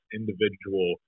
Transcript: individual